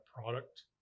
product